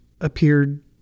appeared